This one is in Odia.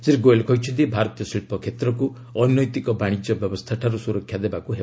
ଶ୍ରୀ ଗୋୟଲ୍ କହିଛନ୍ତି ଭାରତୀୟ ଶିଳ୍ପ କ୍ଷେତ୍ରକୁ ଅନୈତିକ ବାଶିଜ୍ୟ ବ୍ୟବସ୍ଥାଠାରୁ ସୁରକ୍ଷା ଦେବାକୁ ହେବ